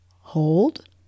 hold